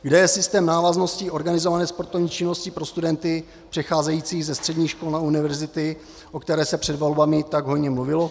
Kde je systém návaznosti organizované sportovní činnosti pro studenty přecházejících ze středních škol na univerzity, o které se před volbami tak hojně mluvilo?